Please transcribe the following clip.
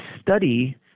study